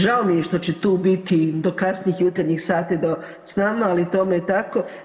Žao mi je što će tu biti do kasnih jutarnjih sati sa nama, ali tome je tako.